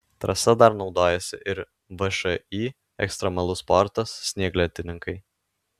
trasa dar naudojasi ir všį ekstremalus sportas snieglentininkai